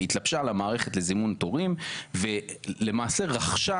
התלבשה על המערכת לזימון תורים ולמעשה רכשה